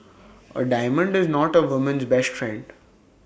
A diamond is not A woman's best friend